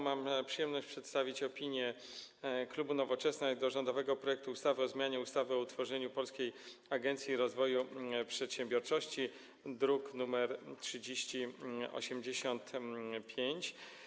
Mam przyjemność przedstawić opinię klubu Nowoczesna dotyczącą rządowego projektu ustawy o zmianie ustawy o utworzeniu Polskiej Agencji Rozwoju Przedsiębiorczości, druk nr 3085.